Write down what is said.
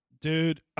Dude